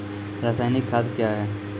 रसायनिक खाद कया हैं?